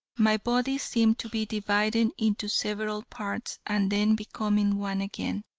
my body seemed to be dividing into several parts and then becoming one again.